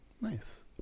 Nice